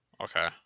Okay